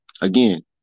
Again